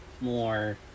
more